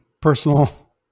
personal